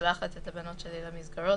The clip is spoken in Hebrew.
ששולחת את הבנות שלי למסגרות,